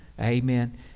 Amen